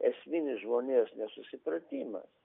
esminis žmonijos nesusipratimas